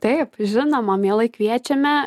taip žinoma mielai kviečiame